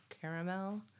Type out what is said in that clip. caramel